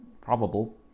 Probable